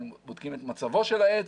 בודקים את מצבו של העץ